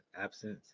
absence